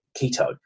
keto